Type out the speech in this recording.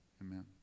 amen